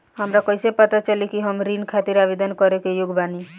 हमरा कईसे पता चली कि हम ऋण खातिर आवेदन करे के योग्य बानी?